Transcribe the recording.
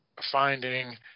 finding